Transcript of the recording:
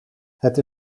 het